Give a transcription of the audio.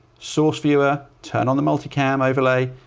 source viewer, turn on the multi-cam overlay.